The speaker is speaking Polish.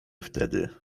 wtedy